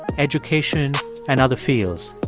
education and other fields.